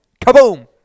kaboom